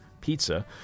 pizza